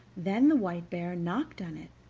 then the white bear knocked on it,